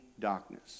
darkness